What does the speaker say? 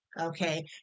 Okay